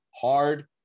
Hard